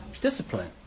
discipline